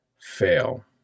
fail